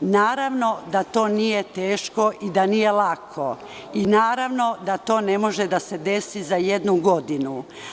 Naravno da to nije teško i da nije lako i naravno da to ne može da se desi za jednu godinu.